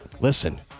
listen